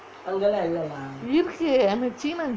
இருக்கு ஆனா சீனன்:irukku aanaa seenan